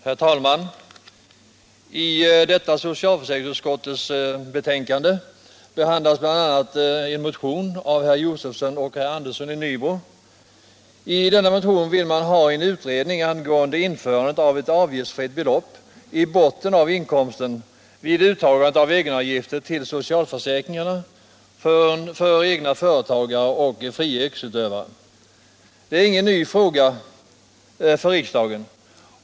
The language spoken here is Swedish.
Herr talman! I detta socialförsäkringsutskottets betänkande behandlas bl.a. en motion av herr Josefson och herr Andersson i Nybro. I denna motion vill man ha en utredning angående införande av ett avgiftsfritt belopp i botten av inkomsten vid uttagande av egenavgifter till socialförsäkringarna för egna företagare och fria yrkesutövare. Det är ingen ny fråga för riksdagen.